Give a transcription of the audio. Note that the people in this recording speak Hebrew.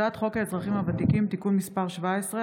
הצעת חוק האזרחים הוותיקים (תיקון מס' 17),